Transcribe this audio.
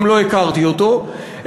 גם לא הכרתי אותו,